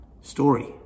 story